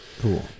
Cool